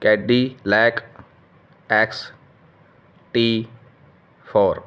cadillac X T four